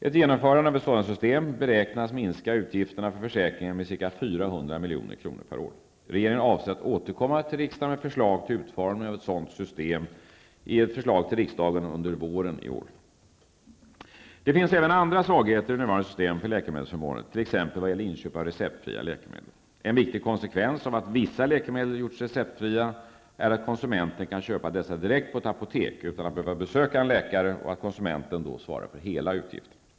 Ett genomförande av ett referensprissystem beräknas minska försäkringsutgifterna med ca 400 milj.kr. per år. Regeringen avser att återkomma till riksdagen med förslag till utformning av ett sådant system i en proposition till riksdagen under våren 1992. Det finns även andra svagheter i nuvarande system för läkemedelsförmåner, t.ex. vad gäller inköp av receptfria läkemedel. En viktig konsekvens av att vissa läkemedel gjorts receptfria är att konsumenten kan köpa dessa direkt på ett apotek utan att behöva besöka en läkare och att konsumenten skall svara för hela utgiften.